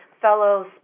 fellow